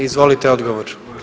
Izvolite odgovor.